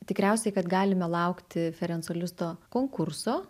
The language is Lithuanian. tikriausiai kad galime laukti ferenso listo konkurso